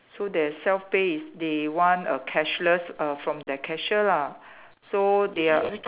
so their self pay is they want a cashless err from their cashier lah so they are